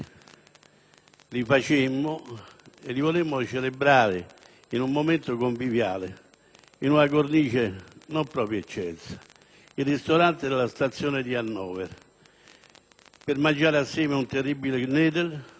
stringemmo e li volemmo celebrare in un momento conviviale, in una cornice non proprio eccelsa, il ristorante della stazione di Hannover, mangiando assieme un terribile *knödel*.